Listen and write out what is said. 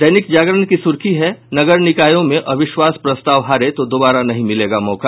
दैनिक जागरण की सुर्खी है नगर निकायों में अविश्वास प्रस्ताव हारे तो दोबारा नहीं मिलेगा मौका